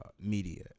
media